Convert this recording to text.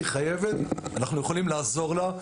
אנחנו יכולים לעזור לה,